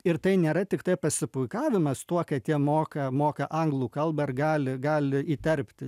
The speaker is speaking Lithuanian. ir tai nėra tiktai pasipuikavimas tuo kad jie moka moka anglų kalbą ir gali gali įterpti